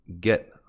get